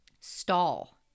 Stall